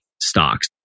stocks